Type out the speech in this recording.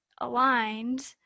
aligned